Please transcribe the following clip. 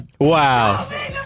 Wow